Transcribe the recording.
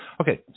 Okay